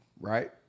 right